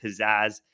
pizzazz